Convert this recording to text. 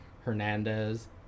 Hernandez